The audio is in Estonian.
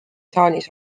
saalis